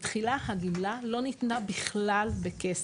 בתחילה הגמלה לא ניתנה בכלל בכסף,